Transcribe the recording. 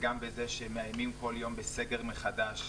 וגם בזה שמאיימים כל יום בסגר מחדש,